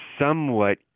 somewhat